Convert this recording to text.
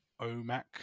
OMAC